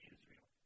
Israel